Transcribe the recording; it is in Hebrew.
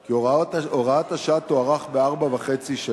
כי הוראת השעה תוארך בארבע שנים וחצי,